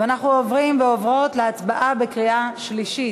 אנחנו עוברים ועוברות להצבעה בקריאה שלישית.